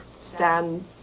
stand